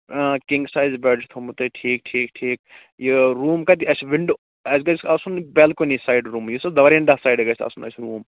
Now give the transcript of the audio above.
آ king size bed چھُ تھوٚومُت تۅہہِ ٹھیٖک ٹھیٖک ٹھیٖک یہِ روٗم کَتہِ اسہِ وِنٛڈوٗ اسہِ گَژھِ آسُن بالکٕنی سایِڈ روٗم یُس حظ دارٮ۪ن لیفٹ سایِڈٕ گژھِ آسُن اسہِ روٗم